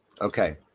Okay